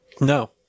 no